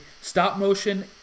stop-motion